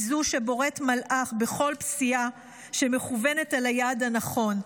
היא זו שבוראת מלאך בכל פסיעה שמכוונת אל היעד הנכון,